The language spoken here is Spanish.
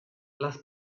las